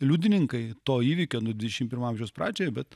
liudininkai to įvykio nu dvidešimt pirmo amžiaus pradžioje bet